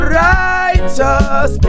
righteous